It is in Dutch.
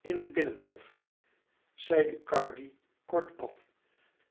in den binnenhof zei ducardi kortaf